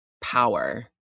power